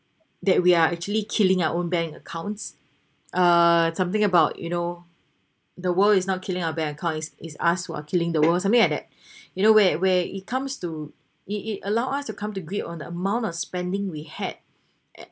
that we are actually killing our own bank accounts uh something about you know the world is not killing our bank account is is us who are killing the worlds something like that you know where where it comes to it it allow us to come to grip on the amount of spending we had uh